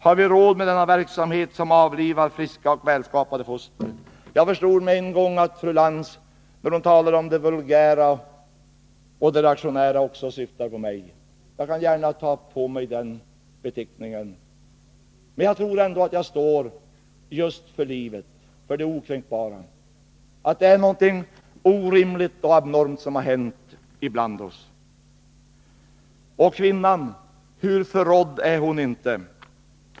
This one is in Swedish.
Har vi råd med denna verksamhet som avlivar friska och välskapta foster? Jag förstod med en gång att fru Lantz när hon talade om de vulgära och de reaktionära syftade på mig. Jag kan acceptera den beteckningen. Jag tror ändå att jag står just för livet, för det okränkbara. Det är något orimligt och abnormt som har hänt ibland oss. Hur förrådd är inte kvinnan!